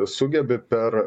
sugebi per